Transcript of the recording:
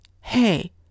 hey